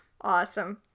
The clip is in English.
Awesome